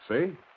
see